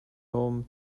home